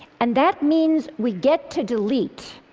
and that means we get to delete,